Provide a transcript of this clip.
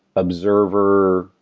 observer,